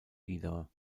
ida